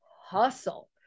hustle